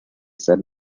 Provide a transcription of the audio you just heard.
said